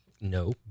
No